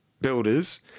builders